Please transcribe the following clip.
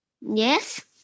Yes